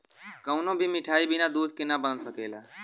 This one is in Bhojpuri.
कवनो भी मिठाई बिना दूध के ना बन सकला